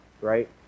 right